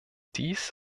dies